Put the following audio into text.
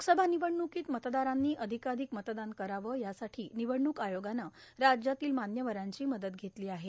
लोकसभा निवडण्कांत मतदारांनी अधिकांधिक मतदान करावं यासाठी निवडण्क आयोगानं राज्यातील मान्यवरांची मदत घेतलो आहे